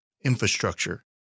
infrastructure